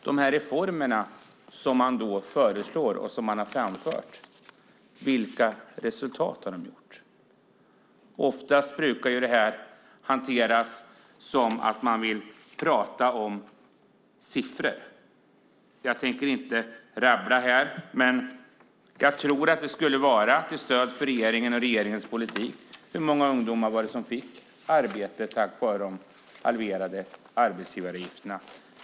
Vad har resultatet blivit av de reformer som ni föreslår och som ni har framfört? Oftast brukar det här hanteras som att man vill prata om siffror. Jag tänker inte rabbla siffror här, men jag tror att det skulle vara till stöd för regeringen och regeringens politik. Hur många ungdomar var det som fick arbete tack vare de halverade arbetsgivaravgifterna?